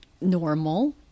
normal